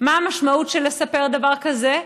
מה המשמעות של לספר דבר כזה,